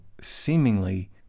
seemingly